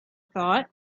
thought